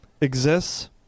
exists